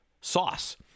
sauce